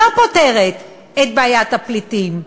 לא פותרת את בעיית הפליטים,